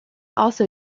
also